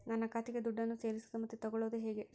ನನ್ನ ಖಾತೆಗೆ ದುಡ್ಡನ್ನು ಸೇರಿಸೋದು ಮತ್ತೆ ತಗೊಳ್ಳೋದು ಹೇಗೆ?